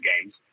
games